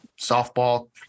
softball